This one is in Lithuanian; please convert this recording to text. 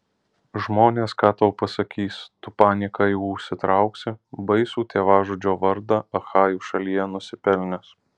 žmonės ką tau pasakys tu panieką jų užsitrauksi baisų tėvažudžio vardą achajų šalyje nusipelnęs